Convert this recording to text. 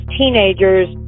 teenagers